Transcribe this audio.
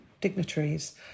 dignitaries